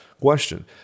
question